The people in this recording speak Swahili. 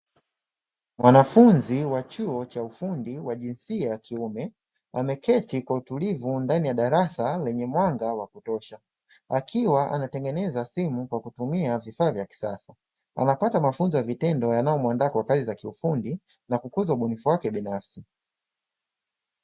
Mwanafunzi wa chuo cha ufundi wa jinsia ya kiume ameketi kwa utulivu ndani ya darasa lenye mwanga wa kutosha, akiwa anatengeneza simu kwa kutumia vifaa vya kisasa anapata mafunzo ya vitendo yanayomuandaa kwa kazi za kiufundi na kukuza ubunifu wake binafsi.